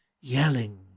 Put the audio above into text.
yelling